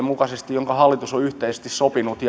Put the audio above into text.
mukaisesti mitä hallitus on yhteisesti sopinut